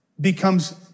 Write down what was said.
becomes